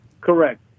Correct